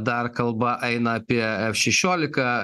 dar kalba eina apie f šešiolika